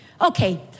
Okay